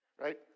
Right